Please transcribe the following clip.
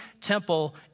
temple